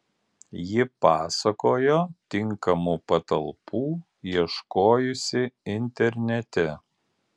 ji pasakojo tinkamų patalpų ieškojusi internete